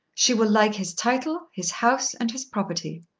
she will like his title, his house, and his property.